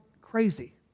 crazy